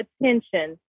attention